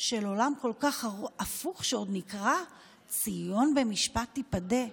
של עולם כל כך הפוך שעוד נקרא "ציון במשפט תיפדה".